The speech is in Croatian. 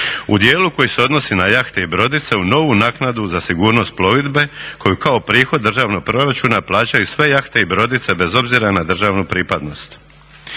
u dijelu koji se odnosi na jahte i brodice u novu naknadu za sigurnost plovidbe koju kao prihod državnog proračuna plaćaju sve jahte i brodice bez obzira na državnu pripadnost.